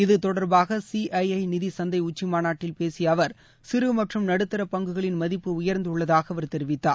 இது தொடர்பாக C I I நிதி சந்தை உச்சி மாநாட்டில் பேசிய அவர் சிறு மற்றும் நடுத்தர பங்குகளின் மதிப்பு உயர்ந்தள்ளதாக அவர் தெரிவித்தார்